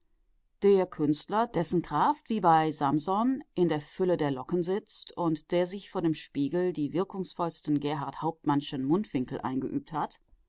der künstler dessen kraft wie bei samson in der fülle der locken sitzt und der sich vor dem spiegel die wirkungsvollen gerhart hauptmannschen mundwinkel eingeübt hat